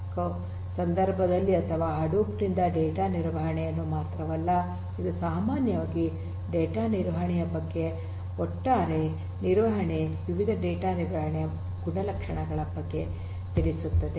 ೦ ಸಂದರ್ಭದಲ್ಲಿ ಅಥವಾ ಹಡೂಪ್ ನಿಂದ ಡೇಟಾ ನಿರ್ವಹಣೆಯನ್ನು ಮಾತ್ರವಲ್ಲ ಇದು ಸಾಮಾನ್ಯವಾಗಿ ಡೇಟಾ ನಿರ್ವಹಣೆಯ ಬಗ್ಗೆ ಇದು ಒಟ್ಟಾರೆ ಡೇಟಾ ನಿರ್ವಹಣೆ ವಿವಿಧ ಡೇಟಾ ನಿರ್ವಹಣೆಯ ಗುಣಲಕ್ಷಣಗಳ ಬಗ್ಗೆ ತಿಳಿಸುತ್ತದೆ